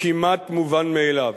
כמעט מובן מאליו.